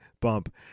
bump